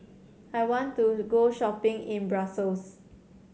I want to go shopping in Brussels